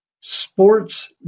sports